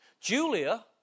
Julia